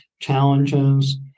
challenges